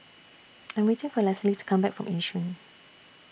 I'm waiting For Lesley to Come Back from Yishun